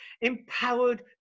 Empowered